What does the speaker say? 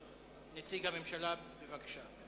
נציג הממשלה, בבקשה.